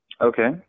Okay